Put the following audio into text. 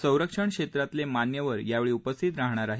संरक्षण क्षेत्रातले मान्यवर यावेळी उपस्थित राहणार आहेत